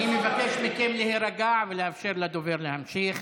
אני מבקש מכם להירגע ולאפשר לדובר להמשיך.